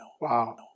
Wow